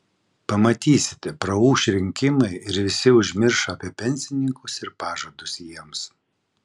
pamatysite praūš rinkimai ir visi užmirš apie pensininkus ir pažadus jiems